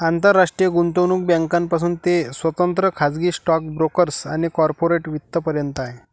आंतरराष्ट्रीय गुंतवणूक बँकांपासून ते स्वतंत्र खाजगी स्टॉक ब्रोकर्स आणि कॉर्पोरेट वित्त पर्यंत आहे